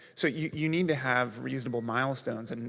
so you you need to have reasonable milestones, and